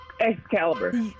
Excalibur